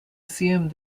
assume